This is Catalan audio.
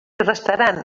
restaran